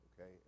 Okay